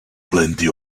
plenty